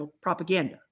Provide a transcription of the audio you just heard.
propaganda